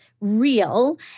real